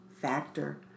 factor